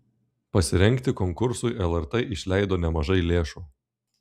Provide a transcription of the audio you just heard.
pasirengti konkursui lrt išleido nemažai lėšų